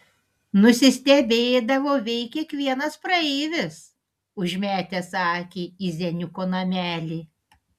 nusistebėdavo veik kiekvienas praeivis užmetęs akį į zeniuko namelį